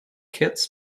kids